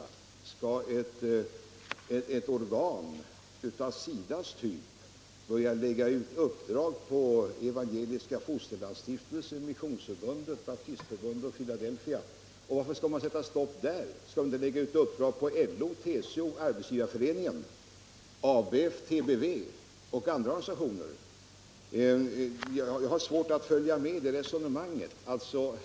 Skall ett organ av SIDA:s typ börja lägga ut uppdrag på Evangeliska fosterlandsstiftelsen, Missionsförbundet, Baptistsamfundet och Filadelfia? Och varför skall man sätta stopp där? Skall man inte lägga ut uppdrag på LO, TCO, Arbetsgivareföreningen, ABF, TBV och andra organisationer? Jag har svårt att följa med i det här resonemanget.